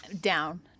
down